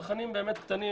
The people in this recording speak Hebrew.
צרכנים קטנים,